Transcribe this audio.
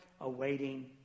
awaiting